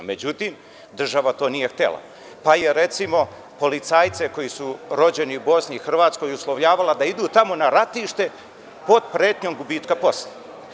Međutim, država to nije htela, pa je recimo policajce koji su rođeni u Bosni i Hrvatskoj uslovljava da idu tamo na ratište pod pretnjom gubitka posla.